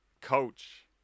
coach